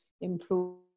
improve